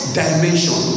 dimension